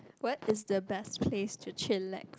what is the best place to chillax